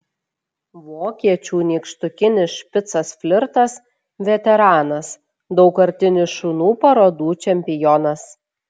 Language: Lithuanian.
vokiečių nykštukinis špicas flirtas veteranas daugkartinis šunų parodų čempionas